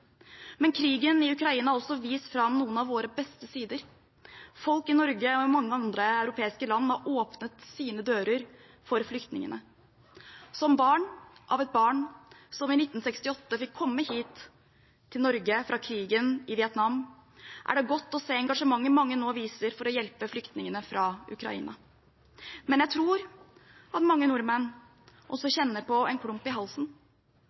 Men krigen i Ukraina har også vist fram noen av våre beste sider. Folk i Norge og i mange andre europeiske land har åpnet sine dører for flyktningene. Som barn av et barn som i 1968 fikk komme hit til Norge fra krigen i Vietnam, er det godt å se engasjementet mange nå viser for å hjelpe flyktningene fra Ukraina. Men jeg tror at mange nordmenn også kjenner på en klump i halsen.